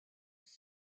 was